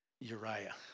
Uriah